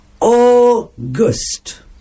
August